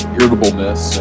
irritableness